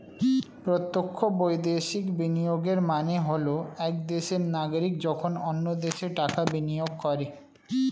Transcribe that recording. প্রত্যক্ষ বৈদেশিক বিনিয়োগের মানে হল এক দেশের নাগরিক যখন অন্য দেশে টাকা বিনিয়োগ করে